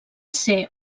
ser